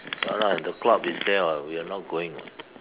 ya lah and the club is there [what] we are not going [what]